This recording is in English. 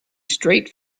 straight